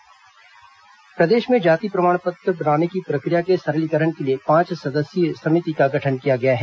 जाति प्रमाण पत्र समिति प्रदेश में जाति प्रमाण पत्र बनाने की प्रक्रिया के सरलीकरण के लिए पांच सदस्यीय समिति का गठन किया गया है